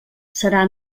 serà